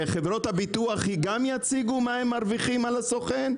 וחברות הביטוח גם יציגו מה הם מרוויחים על הסוכן?